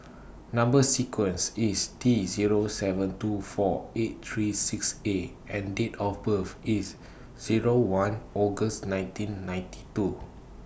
Number sequence IS T Zero seven two four eight three six A and Date of birth IS Zero one August nineteen ninety two